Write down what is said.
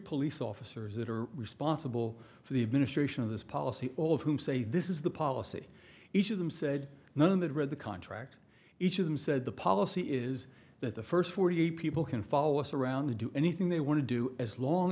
police officers that are responsible for the administration of this policy all of whom say this is the policy each of them said and then that read the contract each of them said the policy is that the first forty eight people can follow us around to do anything they want to do as long